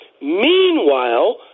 Meanwhile